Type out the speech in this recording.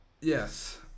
Yes